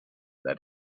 that